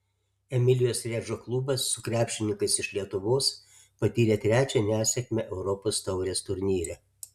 emilijos redžo klubas su krepšininkais iš lietuvos patyrė trečią nesėkmę europos taurės turnyre